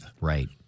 Right